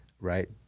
right